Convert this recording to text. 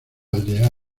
aldeas